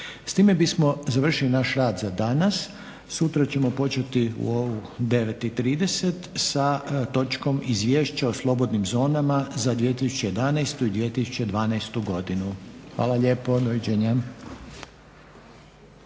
S time bismo završili naš rad za danas. Sutra ćemo početi u 9,30 sa točkom Izvješće o slobodnim zonama za 2011.i 2012.godinu. Hvala lijepo. Doviđenja.